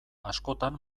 askotan